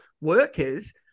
workers